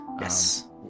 yes